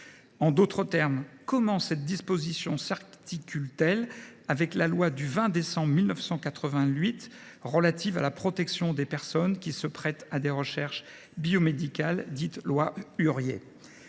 En d’autres termes, comment cette disposition s’articule t elle avec la loi du 20 décembre 1988 relative à la protection des personnes qui se prêtent à des recherches biomédicales, dite loi Huriet